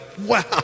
wow